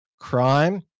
crime